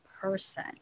person